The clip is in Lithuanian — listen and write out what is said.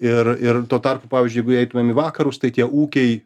ir ir tuo tarpu pavyzdžiui jeigu įeitumėm į vakarus tai tie ūkiai